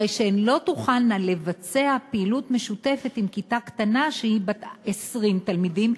הרי שהן לא תוכלנה לבצע פעילות משותפת עם כיתה קטנה שהיא בת 20 תלמידים,